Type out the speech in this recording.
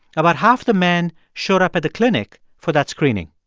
about half the men showed up at the clinic for that screening.